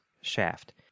Shaft